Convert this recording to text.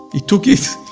he took it,